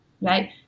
right